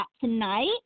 tonight